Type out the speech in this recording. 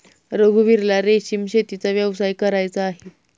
रघुवीरला रेशीम शेतीचा व्यवसाय करायचा आहे